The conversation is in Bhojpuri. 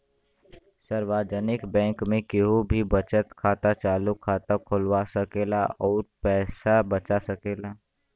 सार्वजनिक बैंक में केहू भी बचत खाता, चालु खाता खोलवा सकेला अउर पैसा बचा सकेला